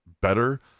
better